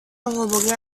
menghubungi